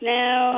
now